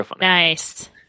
Nice